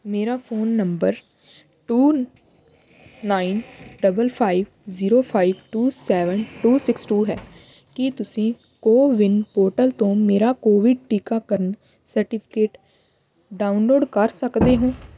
ਮੇਰਾ phone number two nine double five zero five two seven two six two ਹੈ ਕੀ ਤੁਸੀਂ CoWIN portal ਤੋਂ ਮੇਰਾ ਕੋਵਿਡ ਟੀਕਾਕਰਨ ਸਰਟੀਫਿਕੇਟ ਡਾਊਨਲੋਡ ਕਰ ਸਕਦੇ ਹੋ